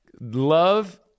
Love